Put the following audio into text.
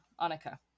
Annika